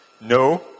No